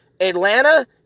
Atlanta